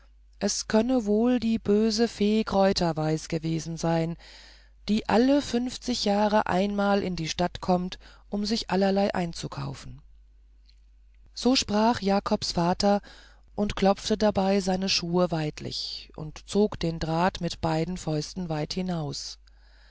es könne wohl die böse fee kräuterweis gewesen sein die alle fünfzig jahre einmal in die stadt komme um sich allerlei einzukaufen so sprach jakobs vater und klopfte dabei seine schuhe weidlich und zog den draht mit beiden fäusten weit hinaus